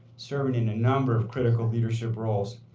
serving in a number of critical leadership roles.